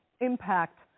impact